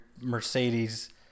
mercedes